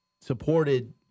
supported